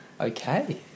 Okay